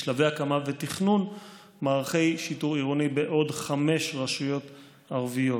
בשלבי הקמה ותכנון מערכי שיטור עירוני בעוד חמש רשויות ערביות.